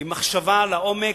ועם מחשבה לעומק,